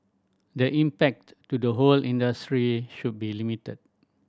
the impact to the whole industry should be limited